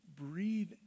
breathe